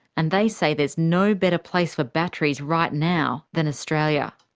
and they say there's no better place for batteries right now than australia.